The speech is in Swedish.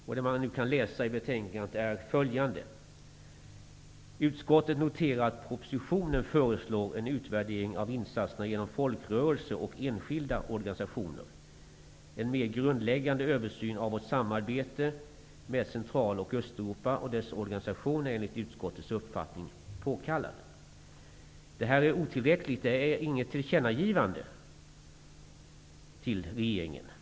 Och i betänkandet kan man läsa att utskottet noterar att det i propositionen föreslås en utvärdering av insatserna genom folkrörelser och enskilda organisationer. En mer grundläggande översyn av vårt samarbete med Central och Östeuropa och dess organisation är enligt utskottets uppfattning påkallad. Detta är otillräckligt. Det är inget tillkännagivande till regeringen.